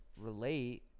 relate